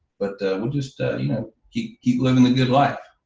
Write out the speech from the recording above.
but we'll just keep keep living the good life.